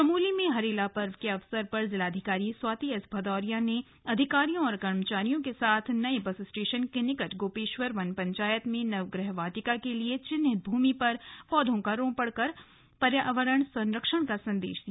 चमोली में हरेला पर्व के अवसर पर जिलाधिकारी स्वाति एस भदौरिया ने अधिकारियों और कर्मचारियों के साथ नए बस स्टेशन के निकट गोपेश्वर वन पंचायत में नवग्रह वाटिका के लिए चिन्हित भूमि पर पौधों का रोपण कर पर्यावरण संरक्षण का संदेश दिया